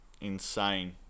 insane